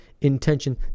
intention